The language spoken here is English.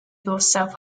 yourself